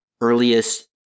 earliest